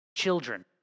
children